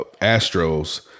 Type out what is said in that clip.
Astros